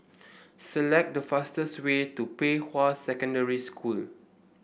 select the fastest way to Pei Hwa Secondary School